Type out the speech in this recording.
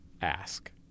ask